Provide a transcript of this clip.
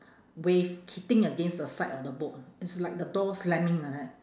wave hitting against the side of the boat it's like the door slamming like that